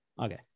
Okay